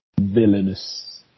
Villainous